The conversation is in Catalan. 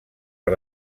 per